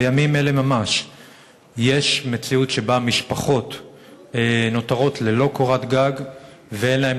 בימים אלה ממש יש מציאות שבה משפחות נותרות ללא קורת-גג ואין להן